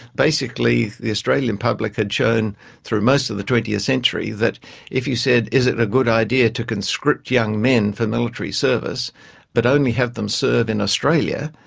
basically the australian public had shown through most of the twentieth century that if you said is it a good idea to conscript young man for military service but only have them serve in australia?